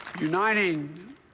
Uniting